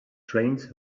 trains